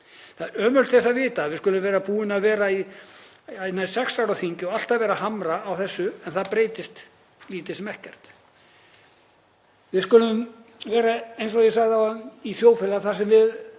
Það er ömurlegt til þess að vita að við skulum vera búin að vera í sex ár á þingi og alltaf að hamra á þessu en það breytist lítið sem ekkert, að við skulum vera, eins og ég sagði áðan, í þjóðfélagi þar sem við